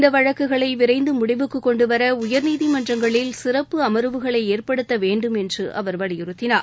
இந்த வழக்குகளை விரைந்து முடிவுக்கு கொண்டுவர உயர்நீதிமன்றங்களில் சிறப்பு அமர்வுகளை ஏற்படுத்தப்பட வேண்டும் என்று அவர் வலியுறுத்தினார்